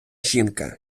жінка